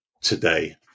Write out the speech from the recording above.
today